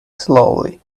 slowly